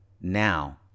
now